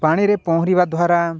ପାଣିରେ ପହଁରିବା ଦ୍ୱାରା